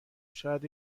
شاید